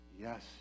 Yes